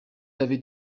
avait